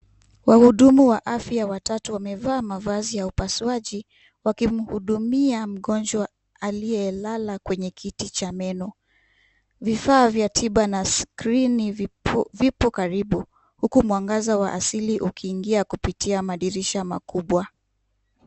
Wahudumu watatu wa afya wamevaa mavazi ya upasuaji wakimhudumia mgonjwa aliyelala kwenye kiti cha meno. Vifaa vya tiba na skrini vipo karibu huku mwangaza wa asili ukiingia kupitia madirisha makubwa.